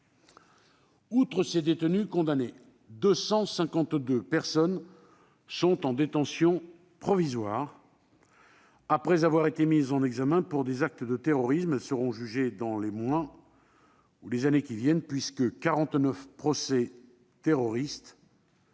Outre ces détenus condamnés, 252 personnes sont en détention provisoire après avoir été mises en examen pour des actes de terrorisme. Elles seront jugées dans les mois ou années à venir : 49 procès terroristes